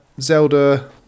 Zelda